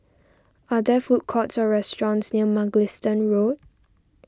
are there food courts or restaurants near Mugliston Road